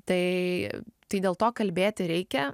tai tai dėl to kalbėti reikia